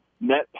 net